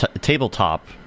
tabletop